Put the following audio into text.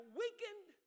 weakened